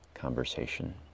conversation